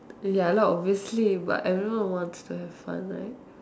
ya lah obviously but I don't know what's to have fun like